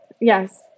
Yes